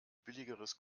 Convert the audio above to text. billigeres